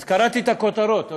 קראתי את הכותרות.